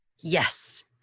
yes